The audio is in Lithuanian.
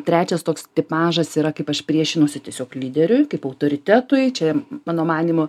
trečias toks tipažas yra kaip aš priešinuosi tiesiog lyderiui kaip autoritetui čia mano manymu